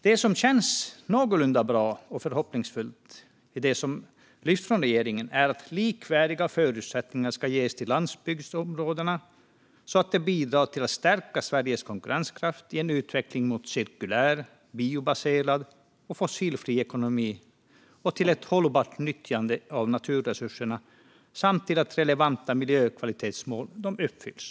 Det som känns någorlunda bra och förhoppningsfullt i det som lyfts från regeringens sida är att likvärdiga förutsättningar ska ges till landsbygdsområdena så att de bidrar till att stärka Sveriges konkurrenskraft i en utveckling mot en cirkulär, biobaserad och fossilfri ekonomi och till ett hållbart nyttjande av naturresurserna samt till att relevanta miljökvalitetsmål uppfylls.